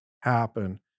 happen